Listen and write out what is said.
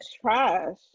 Trash